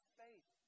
faith